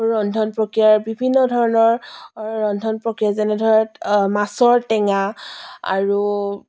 ৰন্ধন প্ৰক্ৰিয়াৰ বিভিন্ন ধৰণৰ ৰন্ধন প্ৰক্ৰিয়া যেনে ধৰক মাছৰ টেঙা আৰু